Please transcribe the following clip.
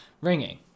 ringing